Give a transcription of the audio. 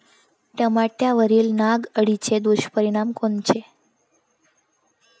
टमाट्यावरील नाग अळीचे दुष्परिणाम कोनचे?